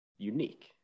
unique